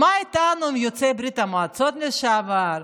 יוצאי ברית המועצות לשעבר?